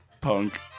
punk